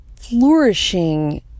flourishing